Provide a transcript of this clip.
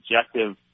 objective